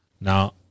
Now